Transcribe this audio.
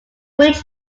bridge